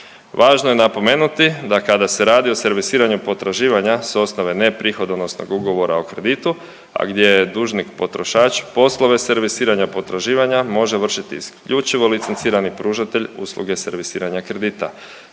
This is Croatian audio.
Važno je napomenuti da kada se radi o servisiranju potraživanja s osnove neprihodonosnog ugovora o kreditu, a gdje je dužnik potrošač poslove servisiranja potraživanja može vršiti isključivo licencirani pružatelj usluge servisiranja kredita.